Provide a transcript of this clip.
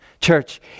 Church